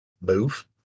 Move